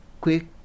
quick